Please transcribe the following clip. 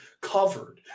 covered